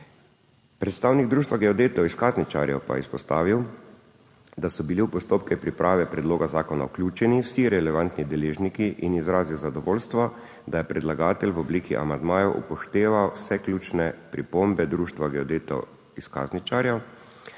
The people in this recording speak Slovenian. Predstavnik Društva geodetov izkazničarjev pa je izpostavil, da so bili v postopke priprave predloga zakona vključeni vsi relevantni deležniki, in izrazil zadovoljstvo, da je predlagatelj v obliki amandmajev upošteval vse ključne pripombe Društva geodetov izkazničarjev,